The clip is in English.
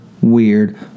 weird